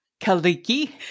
Kaliki